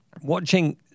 Watching